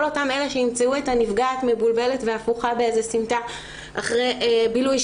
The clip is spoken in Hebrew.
כל אותם אלה שימצאו את הנפגעת מבולבלת והפוכה באיזו סמטה אחרי הבילוי,